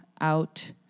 out